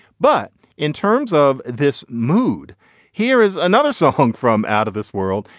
but in terms of this mood here is another song from out of this world.